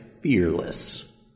fearless